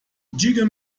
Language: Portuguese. diga